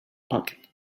pocket